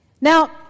Now